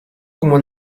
como